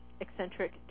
eccentric